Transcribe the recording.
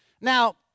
Now